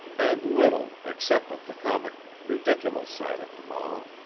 and little except of the comic, ridiculous side of them all.